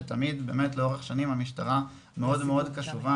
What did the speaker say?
תמיד המשטרה לאורך השנים מאוד קשובה,